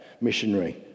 missionary